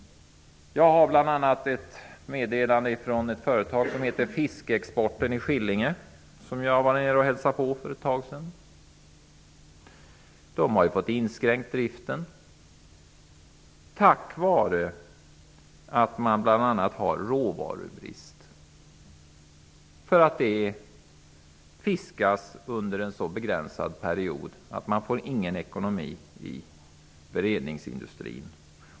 Jag har ett meddelande från företaget Fiskexporten i Skillinge AB, vilket jag för ett tag sedan hälsade på. I det företaget har man fått inskränka driften på grund av bl.a. råvarubrist. Det fiskas nämligen under en så begränsad period att man inte får någon ekonomi i beredningsindustrin.